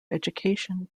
education